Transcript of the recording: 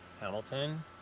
Hamilton